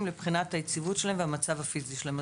לבחינת היציבות שלהם והמצב הפיזי שלהם.